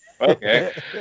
okay